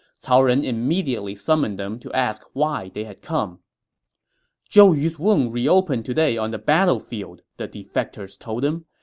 cao ren immediately summoned them to ask why they had come zhou yu's wound reopened today on the battlefield, the defectors told him.